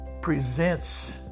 presents